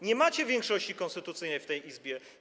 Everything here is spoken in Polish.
Nie macie większości konstytucyjnej w tej Izbie.